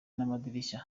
n’amadirishya